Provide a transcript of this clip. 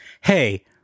hey